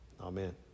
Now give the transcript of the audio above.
Amen